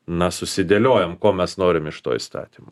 na susidėliojam ko mes norim iš to įstatymo